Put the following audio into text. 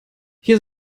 hier